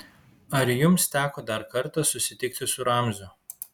ar jums teko dar kartą susitikti su ramziu